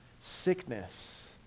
sickness